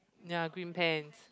ya green pants